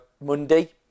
Monday